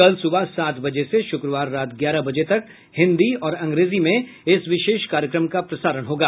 कल सुबह सात बजे से शुक्रवार रात ग्यारह बजे तक हिन्दी और अंग्रेजी में इस विशेष कार्यक्रम का प्रसारण होगा